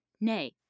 nay